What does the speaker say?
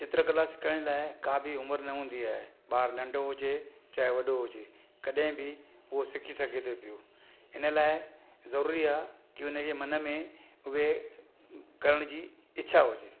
चित्रकला सिखण लाइ का बि उमिरि न हूंदी आहे ॿार नंढे हुजे चाहे वॾो हुजे कॾहिं बि उहो सिखी सघे थो पियो इन लाइ ज़रुरी आहे की उनजे मन में उहे करणु जी इच्छा हुजे